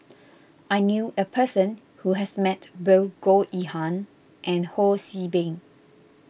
I knew a person who has met both Goh Yihan and Ho See Beng